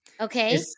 Okay